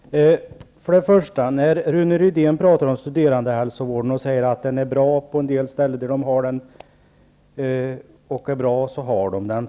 Herr talman! För det första: Rune Rydén talar om studerandehälsovården och säger att den är bra på en del ställen där de har den, och då har de den.